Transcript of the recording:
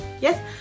yes